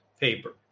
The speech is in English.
paper